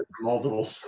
multiple